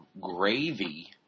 Gravy